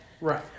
Right